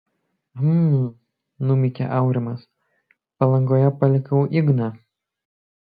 hm numykė aurimas palangoje palikau igną